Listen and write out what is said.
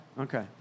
Okay